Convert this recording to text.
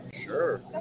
Sure